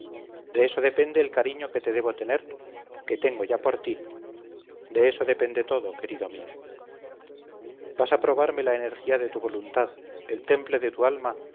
de eso depende el cariño que te debo tener que tengo ya por ti de eso depende todo querido mío vas a probarme la energía de tu voluntad el temple de tu alma